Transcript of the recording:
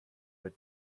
but